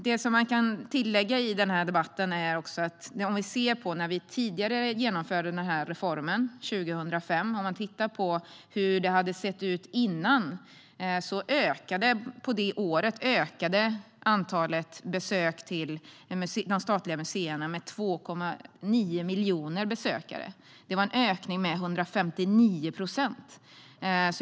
Jag kan tillägga att när reformen genomfördes 2005 ökade antalet besökare till de statliga museerna med 2,9 miljoner under det året. Det var en ökning med 159 procent.